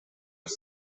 his